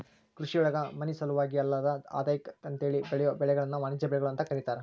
ಕೃಷಿಯೊಳಗ ಮನಿಸಲುವಾಗಿ ಅಲ್ಲದ ಆದಾಯಕ್ಕ ಅಂತೇಳಿ ಬೆಳಿಯೋ ಬೆಳಿಗಳನ್ನ ವಾಣಿಜ್ಯ ಬೆಳಿಗಳು ಅಂತ ಕರೇತಾರ